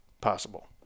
possible